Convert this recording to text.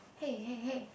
hey hey hey